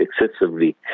excessively